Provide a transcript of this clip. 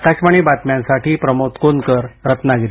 आकाशवाणीच्या बातम्यांसाठी प्रमोद कोनकर रत्नागिरी